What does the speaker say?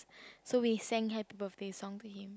so we sang happy birthday song to him